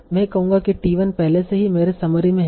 मैं कहूंगा कि t 1 पहले से ही मेरे समरी में है